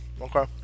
Okay